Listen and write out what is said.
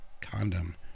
condom